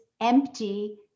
empty